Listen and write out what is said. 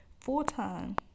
full-time